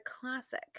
classic